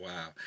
Wow